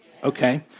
Okay